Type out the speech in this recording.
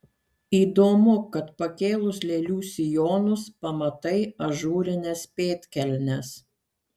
įdomu kad pakėlus lėlių sijonus pamatai ažūrines pėdkelnes